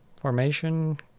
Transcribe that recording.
formation